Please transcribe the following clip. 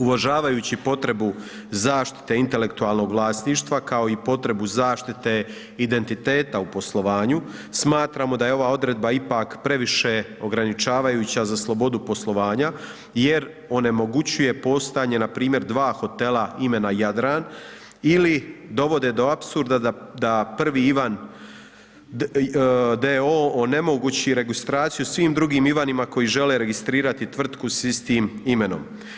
Uvažavajući potrebu zaštite intelektualnog vlasništva, kao i potrebu zaštite identiteta u poslovanju, smatramo da je ova odredba ipak previše ograničavajuća za slobodu poslovanja jer onemogućuje postojanje npr. dva hotela imena Jadran ili dovode do apsurda da prvi Ivan d.o. onemogući registraciju svim drugim Ivanima koji žele registrirati tvrtku s istim imenom.